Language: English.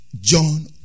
John